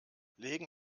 legen